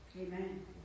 Amen